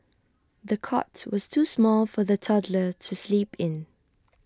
the cot was too small for the toddler to sleep in